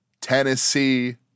Tennessee